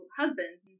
husbands